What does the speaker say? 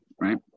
right